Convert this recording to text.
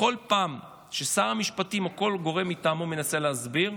בכל פעם ששר המשפטים או כל גורם מטעמו מנסה להסביר,